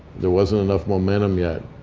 there wasn't enough momentum yet.